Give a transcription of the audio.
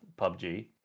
PUBG